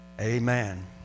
Amen